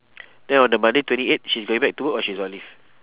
then on the monday twenty eight she's going back to work or she's on leave